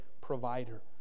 provider